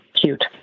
cute